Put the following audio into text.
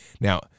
Now